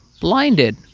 blinded